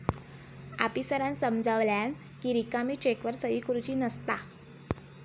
आफीसरांन समजावल्यानं कि रिकामी चेकवर सही करुची नसता